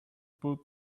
put